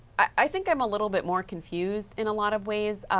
i think i'm a little bit more confused in a lot of ways.